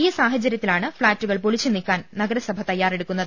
ഈ സാഹചര്യത്തിലാണ് ഫ്ളാറ്റുകൾ പൊളിച്ചു നീക്കാൻ നഗരസഭ തയ്യാറെടുക്കുന്നത്